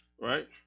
Right